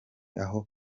aho